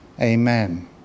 Amen